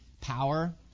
power